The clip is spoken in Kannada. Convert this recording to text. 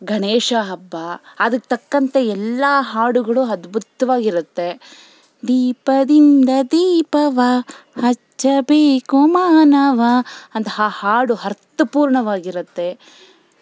ಗಣೇಶ ಹಬ್ಬ ಅದಕ್ಕೆ ತಕ್ಕಂತೆ ಎಲ್ಲ ಹಾಡುಗಳು ಅದ್ಭುತವಾಗಿರುತ್ತೆ ದೀಪದಿಂದ ದೀಪವ ಹಚ್ಚಬೇಕು ಮಾನವ ಅಂತಹ ಹಾಡು ಅರ್ಥಪೂರ್ಣವಾಗಿರುತ್ತೆ